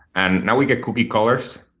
and now we get kooky colors.